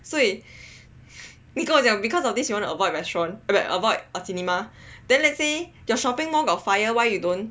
所以你跟我讲 because of this you wanna avoid restaurant avoid oh cinema then let's say your shopping mall got fire why you don't